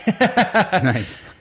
Nice